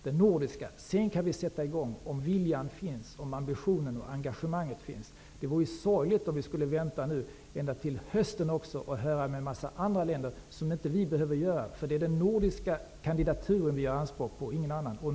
Om viljan, ambitionen och engagemanget finns går det att sedan sätta i gång arbetet. Det vore sorgligt om vi skulle behöva vänta till hösten för att höra en mängd andra länder. Sverige gör anspråk på den nordiska kandidaturen -- inget annat.